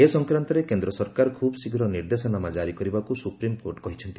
ଏ ସଫକ୍ରାନ୍ତରେ କେନ୍ଦ୍ର ସରକାର ଖୁବ୍ଶୀଘ୍ର ନିର୍ଦ୍ଦେଶନାମା ଜାରି କରିବାକୁ ସୁପ୍ରିମକୋର୍ଟ ନିର୍ଦ୍ଦେଶ ଦେଇଛନ୍ତି